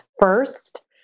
first